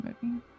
movie